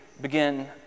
begin